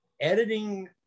editing